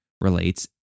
relates